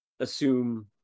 assume